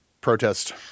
protest